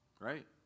right